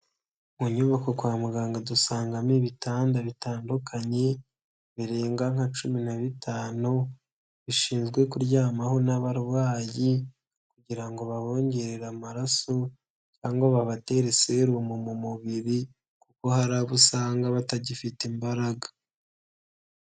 Mu nyubako kwa muganga dusangamo ibitanda bitandukanye birenga nka cumi na bitanu, bishinzwe kuryamaho n'abarwayi kugira ngo babongerere amaraso cyangwa ngo babatere serumu mu mubiri, kuko hari abo usanga batagifite imbaraga.